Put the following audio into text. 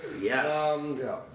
Yes